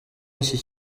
iki